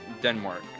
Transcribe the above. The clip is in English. Denmark